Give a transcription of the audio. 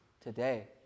today